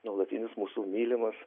nuolatinis mūsų mylimas